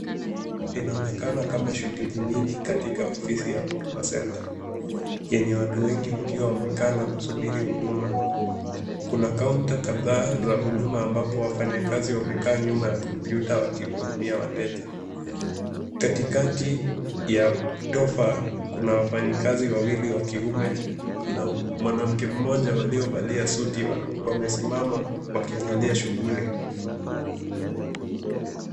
Inaonekana kama shughuli nyingi katika ofisi ya Huduma Center . Yenye watu wengi wakiwa wamekaa na kusubiri huduma. Kuna kaunta kadhaa za huduma ambapo wafanyakazi wamekaa nyuma ya kompyuta wakihudumia wateja. Katikati ya tofa kuna wafanyakazi wawili wakiume na mwanamke mmoja waliovalia suti wamesimama wakiangalia shughuli.